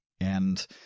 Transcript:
and-